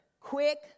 Quick